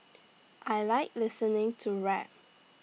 I Like listening to rap